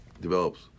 develops